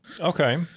Okay